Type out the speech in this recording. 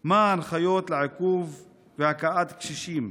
3. מה ההנחיות לעיכוב והכאת קשישים?